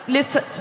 Listen